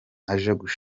gushingwa